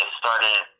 started